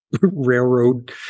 railroad